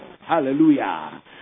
Hallelujah